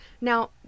Now